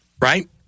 right